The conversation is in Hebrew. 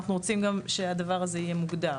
אנחנו גם רוצים שהדבר הזה יהיה מוגדר.